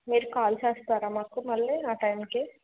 మీరు కాల్ చేస్తారా మాకు మళ్ళీ ఆ టైం కి